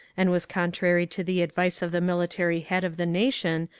and was contrary to the advice of the military head of the nation,